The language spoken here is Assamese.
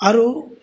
আৰু